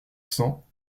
cents